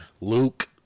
Luke